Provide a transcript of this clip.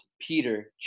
Peter